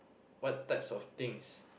what types of things